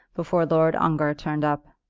before lord ongar turned up.